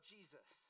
Jesus